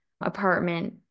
apartment